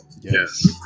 Yes